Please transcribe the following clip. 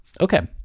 Okay